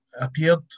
appeared